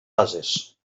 ases